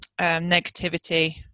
negativity